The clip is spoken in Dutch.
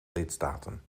lidstaten